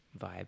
vibe